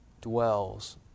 dwells